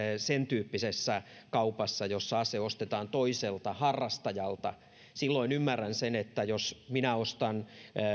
sen tyyppisessä kaupassa jossa ase ostetaan toiselta harrastajalta ymmärrän sen että jos minä ostan